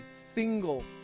single